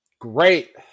Great